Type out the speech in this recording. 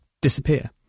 disappear